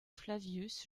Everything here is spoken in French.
flavius